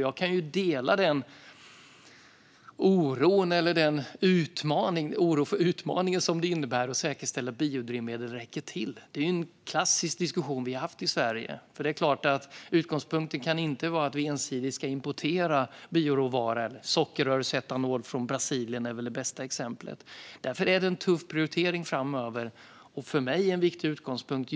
Jag kan dela oron för den utmaning det innebär att säkerställa att biodrivmedlen räcker till. Det är en klassisk diskussion vi haft i Sverige, för det är klart att utgångspunkten inte kan vara att vi ensidigt ska importera bioråvaror. Sockerrörsetanol från Brasilien är väl det främsta exemplet. Därför är det en tuff prioritering framöver, och just därför en viktig utgångspunkt